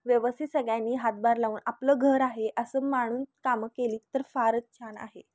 व्यवस्थित सगळ्यांनी हातभार लावून आपलं घर आहे असं मानून कामं केली तर फारच छान आहे